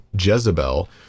Jezebel